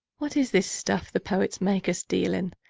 what is this stuff the poets make us deal in,